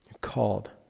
called